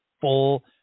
full